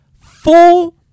full